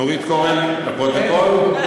נורית קורן, לפרוטוקול?